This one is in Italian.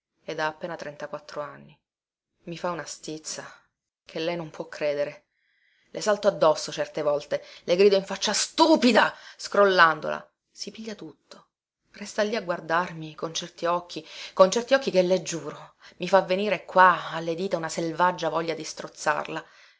ed ha appena trentaquattro anni i fa una stizza che lei non può credere le salto addosso certe volte le grido in faccia stupida scrollandola si piglia tutto resta lì a guardarmi con certi occhi con certi occhi che le giuro mi fa venire qua alle dita una selvaggia voglia di strozzarla